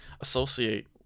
associate